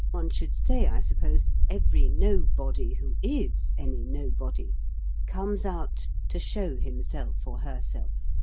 one should say, i suppose, every nobody who is any nobody comes out to show himself or herself,